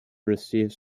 received